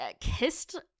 kissed